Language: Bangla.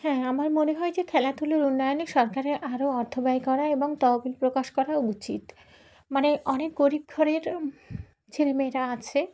হ্যাঁ আমার মনে হয় যে খেলাধুলার উন্নয়নে সরকারের আরও অর্থ ব্য়য় করা এবং তহবিল প্রকাশ করা উচিত মানে অনেক গরিব ঘরের ছেলেমেয়েরা আছে